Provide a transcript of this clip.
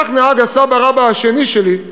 כך נהג הסבא-רבא השני שלי,